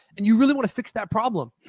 and you really want to fix that problem,